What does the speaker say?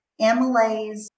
amylase